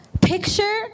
Picture